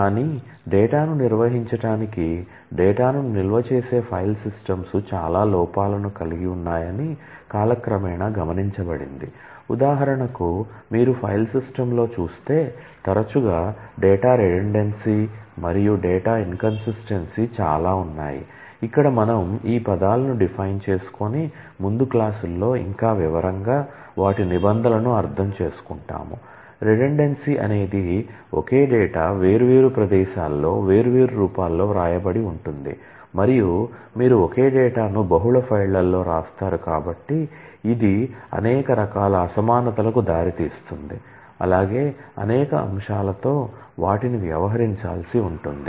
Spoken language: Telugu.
కానీ డేటాను నిర్వహించడానికి డేటాను నిల్వ చేసే ఫైల్ సిస్టమ్స్ అనేది ఒకే డేటా వేర్వేరు ప్రదేశాల్లో వేర్వేరు రూపాల్లో వ్రాయబడి ఉంటుంది మరియు మీరు ఒకే డేటాను బహుళ ఫైళ్ళలో వ్రాస్తారు కాబట్టి ఇది అనేక రకాల అసమానతలకు దారితీస్తుంది అలాగే అనేక అంశాలతో వాటిని వ్యవహరించాల్సి ఉంటుంది